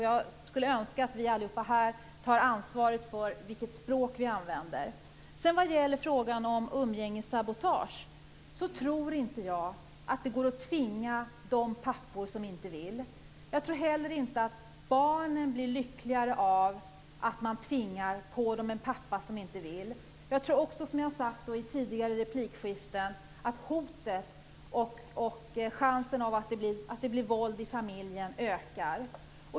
Jag skulle önska att vi alla här tar ansvaret för vilket språk vi använder. Vad gäller frågan om umgängessabotage så tror inte jag att det går att tvinga de pappor som inte vill. Jag tror heller inte att barnen blir lyckligare av att man tvingar på dem en pappa som inte vill. Jag tror också, som jag har sagt i tidigare replikskiften, att risken att det blir våld i familjen ökar.